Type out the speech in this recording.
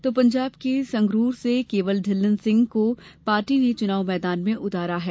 तो पंजाब के संगरूर से केवल सिंह ढिल्लन को पार्टी ने चुनाव मैदान में उतारा है